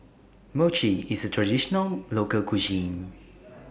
Mochi IS A Traditional Local Cuisine